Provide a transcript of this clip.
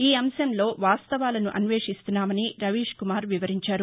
ఈ అంశంలో వాస్తవాలను అన్వేషిస్తున్నామని రవీష్కుమార్ వివరించారు